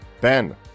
Ben